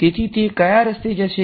તેથી તે કયાં રસ્તે જશે